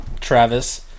Travis